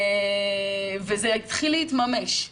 וזה התחיל להתממש.